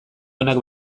onak